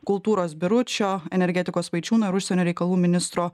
kultūros biručio energetikos vaičiūno ir užsienio reikalų ministro